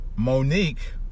Monique